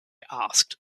asked